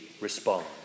respond